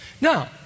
Now